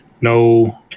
no